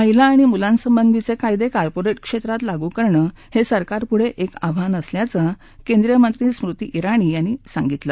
महिला आणि मुलांसबंधीचे कायदे कॉर्पोरेट क्षेत्रात लागू करणे हे सरकारपूढे एक आव्हान असल्याचं केंद्रीय मंत्री स्मृती जिणी यांनी सांगितलं